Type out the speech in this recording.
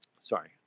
Sorry